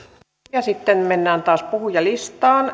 ja sitten mennään taas puhujalistaan